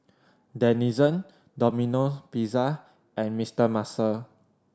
Denizen Domino Pizza and Mister Muscle